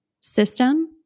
system